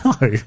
no